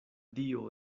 dio